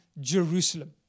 Jerusalem